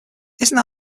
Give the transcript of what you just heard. isn’t